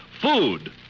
food